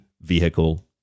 vehicle